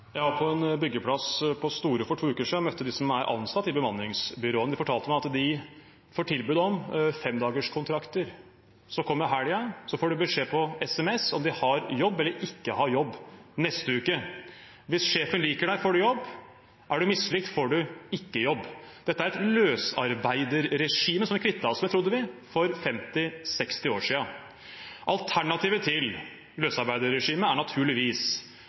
Jeg var på en byggeplass på Storo for to uker siden og møtte dem som er ansatt gjennom bemanningsbyråene. De fortalte meg at de får tilbud om femdagerskontrakter. Så kommer helgen, og så får de beskjed på SMS om de har jobb eller ikke neste uke. Hvis sjefen liker deg, får du jobb, er du mislikt, får du ikke jobb. Dette er et løsarbeiderregime som vi kvittet oss med, trodde vi, for 50–60 år siden. Alternativet til løsarbeiderregimet er naturligvis